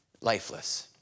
lifeless